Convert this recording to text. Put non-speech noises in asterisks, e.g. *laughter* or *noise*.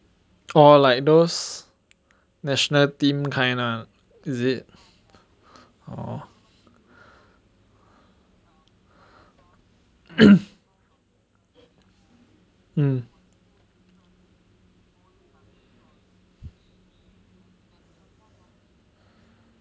for like those national team kind lah is it orh *coughs* mm